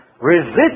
resist